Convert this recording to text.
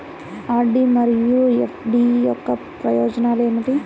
RD మరియు FD యొక్క ప్రయోజనాలు ఏమిటి?